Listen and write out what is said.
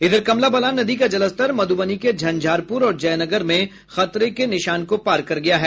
इधर कमला बलान नदी का जलस्तर मधुबनी के झंझारपुर और जयनगर में खतरे के निशान को पार कर गया है